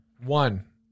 One